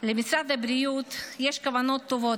למשרד הבריאות יש כוונות טובות,